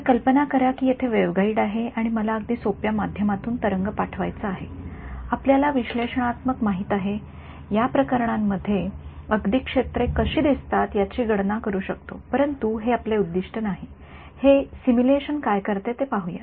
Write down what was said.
तर कल्पना करा की तेथे वेव्हगाईड आहे मला अगदी सोप्या माध्यमातून तरंग पाठवायचा आहे आपल्याला विश्लेषणात्मकरित्या माहित आहे या प्रकरणांमध्ये अगदी क्षेत्रे कशी दिसतात याची गणना करू शकतो परंतु हे आपले उद्दीष्ट नाही हे सिम्युलेशन काय करते ते पाहूया